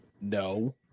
No